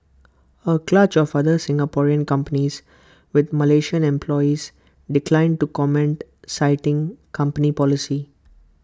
A clutch of other Singaporean companies with Malaysian employees declined to comment citing company policy